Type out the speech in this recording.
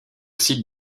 site